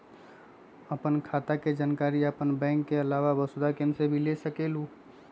आपन खाता के जानकारी आपन बैंक के आलावा वसुधा केन्द्र से भी ले सकेलु?